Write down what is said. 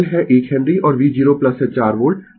तो L है 1 henry और v0 है 4 वोल्ट